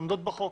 עומדות בחוק.